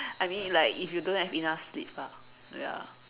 I mean like if you don't have enough sleep ah ya